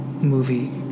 movie